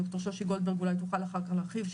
דוקטור שושי אולי תוכל אחר כך להרחיב,